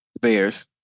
Bears